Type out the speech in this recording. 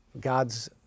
God's